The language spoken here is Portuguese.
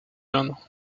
ano